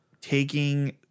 taking